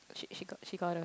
she she got she got a